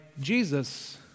Jesus